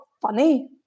funny